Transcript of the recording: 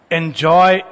enjoy